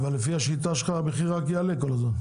אבל לפי השיטה שלך, המחיר רק יעלה כל הזמן.